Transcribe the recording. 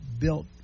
built